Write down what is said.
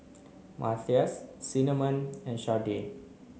Matthias Cinnamon and Sharday